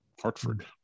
hartford